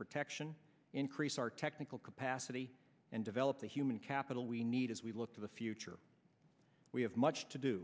protection increase our technical capacity and develop the human capital we need as we look to the future we have much to do